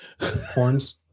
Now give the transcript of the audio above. horns